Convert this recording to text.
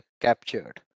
captured